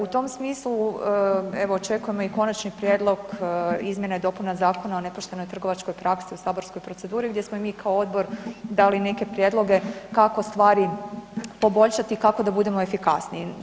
U tom smislu evo očekujemo i konačni Prijedlog izmjenama i dopuna Zakona o nepoštenoj trgovačkoj praksi u saborskoj proceduri gdje smo i mi kao odbor dali neke prijedloge kako stvari poboljšati i kako da budemo efikasniji.